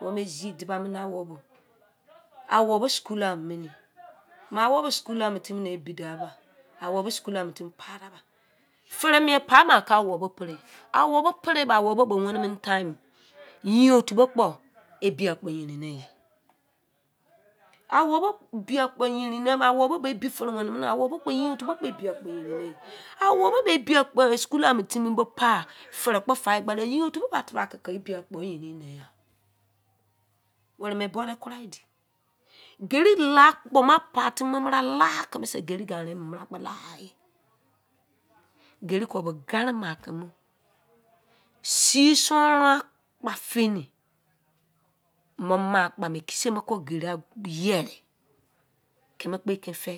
wo me zi deda mo ne owobo owobo schoola mune ma owobo schoola mutimi be ebi de ba owobo schoola mutimi pai mene, fere mien pai mo ke owobo preye owobo pre bo owobo bo wene time, yein otu bo kpo ebi akpo yerin neye owobo ebi akpo yerin ne me, owobo bo ebi fere wene, owobo kpo yein otu kpo ebi akpo yerinne. Owobo schoola mutimi bo pai fere kpo fa yein otu ba tebra ke ebi akpo yerin mene were me bo de kruai di gerri la akpo ma pai timi mira la kumun se gerri ganren mira kpo la ye. Gerri koko ma timi sison ron akpa-feni mo ma akpa ke yere keme kpo enke fe